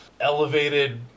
elevated